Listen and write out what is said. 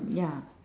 ya